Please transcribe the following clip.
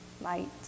light